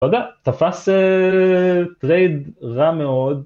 תודה, תפס טרייד רע מאוד